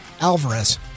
Alvarez